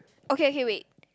okay okay wait